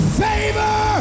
favor